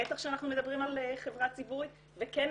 בטח כשאנחנו מדברים על חברה ציבורית וכן